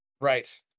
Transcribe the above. Right